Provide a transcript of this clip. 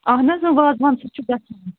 اَہَن حظ وازٕوان سۭتۍ چھُ گَژھان